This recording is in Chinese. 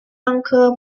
桑科